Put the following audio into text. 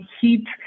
heat